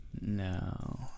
No